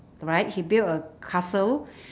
right he build a castle